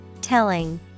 Telling